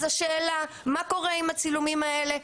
אז השאלה מה קורה עם הצילומים האלה,